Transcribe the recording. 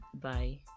Bye